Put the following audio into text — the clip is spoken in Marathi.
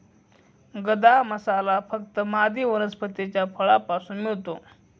गदा मसाला फक्त मादी वनस्पतीच्या फळापासून मिळतो